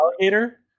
alligator